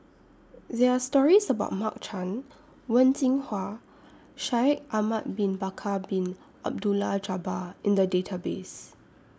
There Are stories about Mark Chan Wen Jinhua Shaikh Ahmad Bin Bakar Bin Abdullah Jabbar in The Database